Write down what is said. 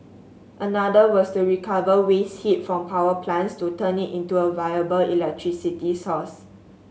another was to recover waste heat from power plants to turn it into a viable electricity source